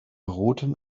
roten